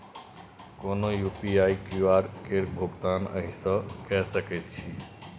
कोनो UPI QR केर भुगतान एहिसँ कए सकैत छी